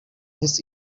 his